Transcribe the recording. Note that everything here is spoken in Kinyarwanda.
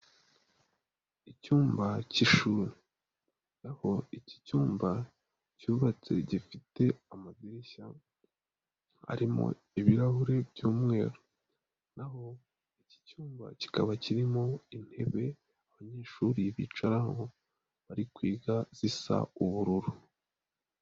Icyumba cy'ishuri, aho iki cyumba cyubatse gifite amadirishya arimo ibirahuri by'umweru, naho iki cyumba kikaba kirimo intebe abanyeshuri bicaraho bari kwiga zisa ubururu.